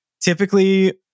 typically